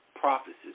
Prophecies